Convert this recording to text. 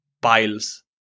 piles